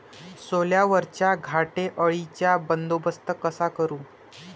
सोल्यावरच्या घाटे अळीचा बंदोबस्त कसा करू?